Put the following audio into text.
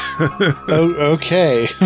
Okay